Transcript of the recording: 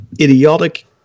idiotic